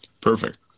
Perfect